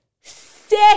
sick